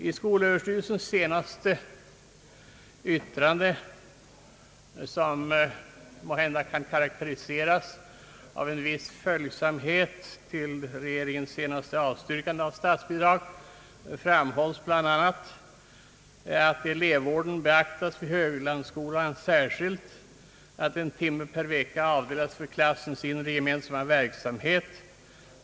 I skolöverstyrelsens senaste yttrande, som måhända kan karakteriseras av en viss följsamhet till regeringens senaste avstyrkande av statsbidrag, framhålles bl.a. att elevvården beaktas vid Höglandsskolan och att en timme per vecka avdelas för klassens inre, gemensamma verksamhet.